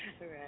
right